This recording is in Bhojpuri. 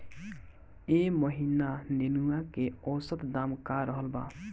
एह महीना नेनुआ के औसत दाम का रहल बा?